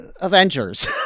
avengers